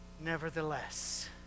nevertheless